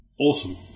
Awesome